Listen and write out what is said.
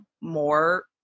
more